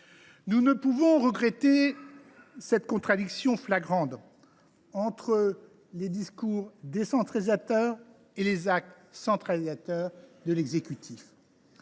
Nous ne pouvons que regretter cette contradiction flagrante entre les discours décentralisateurs et les actes centralisateurs de l’exécutif.